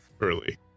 early